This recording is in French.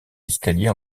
escalier